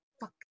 fuck